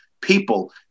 people